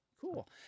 Cool